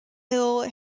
hill